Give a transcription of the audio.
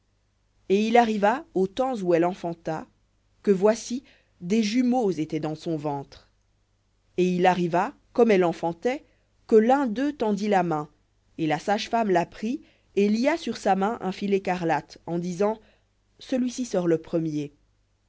et il arriva au temps où elle enfanta que voici des jumeaux étaient dans son ventre et il arriva comme elle enfantait que tendit la main et la sage-femme la prit et lia sur sa main un fil écarlate en disant celui-ci sort le premier